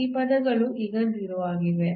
ಈ ಪದಗಳು ಈಗ 0 ಆಗಿವೆ